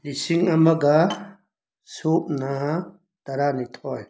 ꯂꯤꯁꯤꯡ ꯑꯃꯒ ꯁꯨꯞꯅ ꯇꯔꯥꯅꯤꯊꯣꯏ